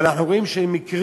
אבל אנחנו רואים מקרים